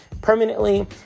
permanently